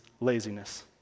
laziness